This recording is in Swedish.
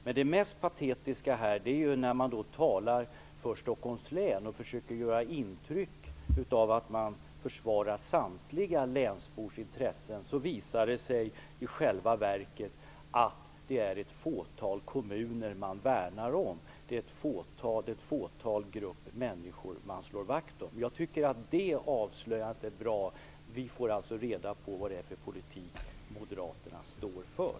Men det mest patetiska här är när man talar för Stockholms län och försöker göra intryck av att man försvarar samtliga länsbors intressen. Då visar det sig att det i själva verket är ett fåtal kommuner man värnar om. Det är en liten grupp människor man slår vakt om. Jag tycker att det avslöjandet är bra. Vi får alltså reda på vilken politik Moderaterna står för.